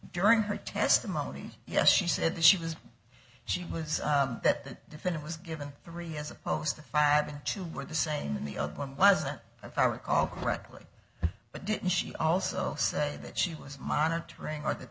during her testimony yes she said that she was she was that the defendant was given three as opposed to five and two were the same in the old one wasn't if i recall correctly but didn't she also say that she was monitoring or th